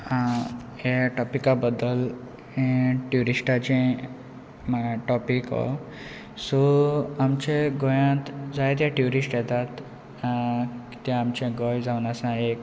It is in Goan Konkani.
हे टॉपिका बद्दल हें ट्युरिस्टाचे टॉपीक सो आमचे गोंयांत जाय ते ट्युरिस्ट येतात कित्याक आमचे गोंय जावन आसा एक